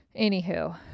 anywho